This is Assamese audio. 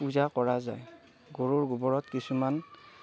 পূজা কৰা যায় গৰুৰ গোবৰত কিছুমান